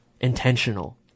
intentional